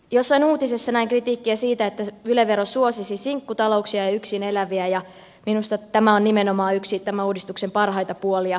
jossain uutisessa näin kritiikkiä siitä että yle vero suosisi sinkkutalouksia ja yksin eläviä mutta minusta tämä muutos on nimenomaan yksi tämän uudistuksen parhaita puolia